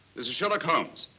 this is sherlock holmes.